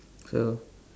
true